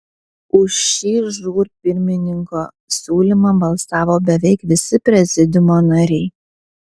už šį žūr pirmininko siūlymą balsavo beveik visi prezidiumo nariai